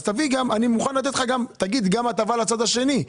אז תביא גם הטבה לצד השני.